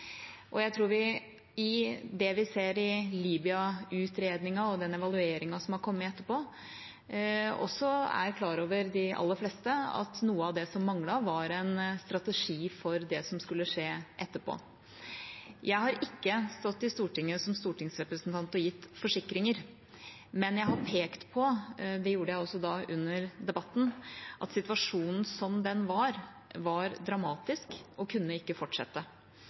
Og jeg tror de aller fleste, ut fra det vi ser i Libya-utredningen og den evalueringen som har kommet etterpå, også er klar over at noe av det som manglet, var en strategi for det som skulle skje etterpå. Jeg har ikke stått i Stortinget som stortingsrepresentant og gitt forsikringer, men jeg har pekt på – og det gjorde jeg også da, under debatten – at situasjonen som den var, var dramatisk og kunne ikke fortsette.